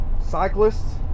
cyclists